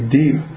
deep